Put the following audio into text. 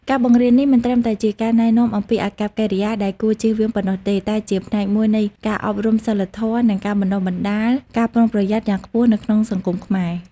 ការបង្រៀននេះមិនត្រឹមតែជាការណែនាំអំពីអាកប្បកិរិយាដែលគួរជៀសវាងប៉ុណ្ណោះទេ តែជាផ្នែកមួយនៃការអប់រំសីលធម៌ និងការបណ្ដុះបណ្ដាល ការប្រុងប្រយ័ត្ន យ៉ាងខ្ពស់នៅក្នុងសង្គមខ្មែរ។